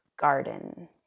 garden